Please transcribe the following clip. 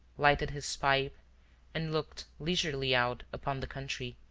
lighted his pipe and looked leisurely out upon the country,